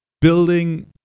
building